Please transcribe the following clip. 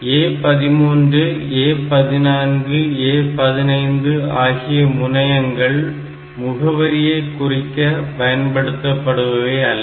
A13 A14 A15 ஆகிய முனையங்கள் முகவரியை குறிக்க பயன்படுபவை அல்ல